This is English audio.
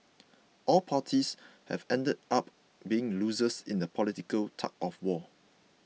all parties have ended up being losers in the political tug of war